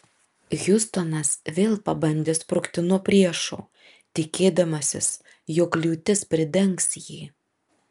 hiustonas vėl pabandė sprukti nuo priešo tikėdamasis jog liūtis pridengs jį